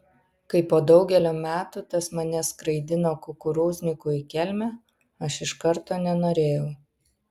kai po daugelio metų tas mane skraidino kukurūzniku į kelmę aš iš karto nenorėjau